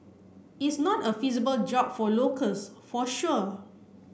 is not a feasible job for locals for sure